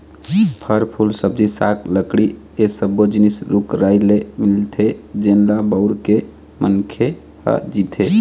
फर, फूल, सब्जी साग, लकड़ी ए सब्बो जिनिस रूख राई ले मिलथे जेन ल बउर के मनखे ह जीथे